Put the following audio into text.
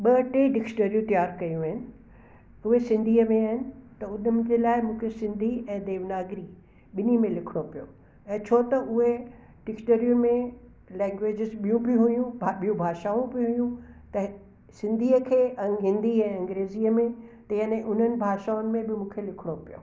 ॿ टे डिक्शनरियूं तयार कयूं आहिनि उहे सिंधीअ में आहिनि त उन्हनि जे लाइ मूंखे सिंधी ऐं देवनागिरी ॿिन्ही में लिखिणो पियो ऐं छोत उहे डिक्शनरियूं में लैंगवेजिस ॿियूं बि हुइयूं ब ॿियूं भाषाऊं हुयूं त सिंधीअ खे हिंदी ऐं अंग्रेजीअ में ते एन उन्हनि भाषाऊनि में बि मूंखे लिखिणो पियो